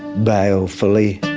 balefully,